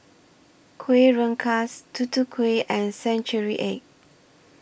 Kuih Rengas Tutu Kueh and Century Egg